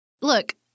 Look